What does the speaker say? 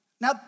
Now